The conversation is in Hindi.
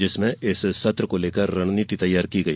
जिसमें सत्र को लेकर रणनीति तैयार की गई